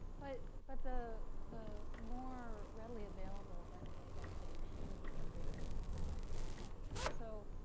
but but the the more readily-available vitamin a is actually in meat and dairy and eggs. so